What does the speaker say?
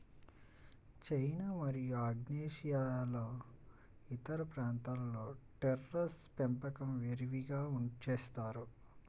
China మరియు ఆగ్నేయాసియాలోని ఇతర ప్రాంతాలలో టెర్రేస్ పెంపకం విరివిగా చేస్తున్నారు